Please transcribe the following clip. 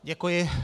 Děkuji.